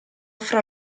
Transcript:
fra